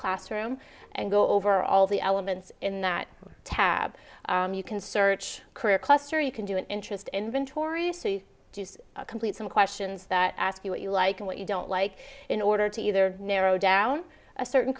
classroom and go over all the elements in that tab you can search career cluster you can do an interest inventories to do complete some questions that ask you what you like and what you don't like in order to either narrow down a certain